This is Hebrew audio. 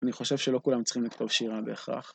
אני חושב שלא כולם צריכים לכתוב שירה בהכרח.